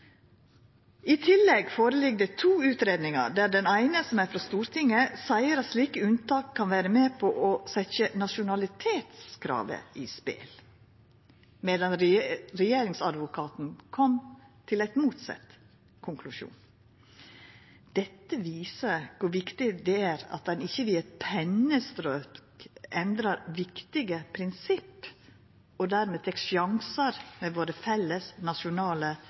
I tillegg ligg det føre to utgreiingar, der den eine, som er frå Stortinget, seier at slike unntak kan vera med på å setja nasjonalitetskravet i spel, medan Regjeringsadvokaten kom til ein motsett konklusjon. Dette viser kor viktig det er at ein ikkje med eit pennestrøk endrar viktige prinsipp og dermed tek sjansar med våre felles nasjonale